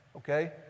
Okay